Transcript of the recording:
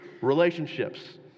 relationships